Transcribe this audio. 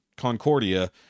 concordia